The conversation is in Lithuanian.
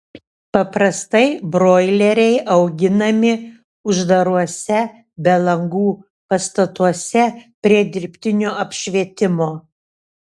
paprastai broileriai auginami uždaruose be langų pastatuose prie dirbtinio apšvietimo